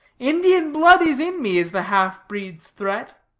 indian blood is in me, is the half-breed's threat